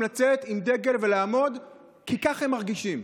לצאת עם דגל ולעמוד כי כך הם מרגישים,